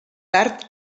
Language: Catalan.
tard